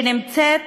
שנמצאת